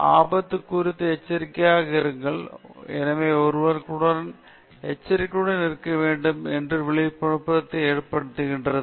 ஆபத்து குறித்து எச்சரிக்கையாக இருங்கள் ஆனால் ஒருவர் எச்சரிக்கையுடன் இருக்க வேண்டும் மற்றும் விழிப்புணர்வை ஏற்படுத்தாது